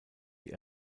die